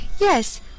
yes